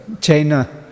China